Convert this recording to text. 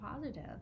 positive